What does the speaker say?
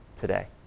today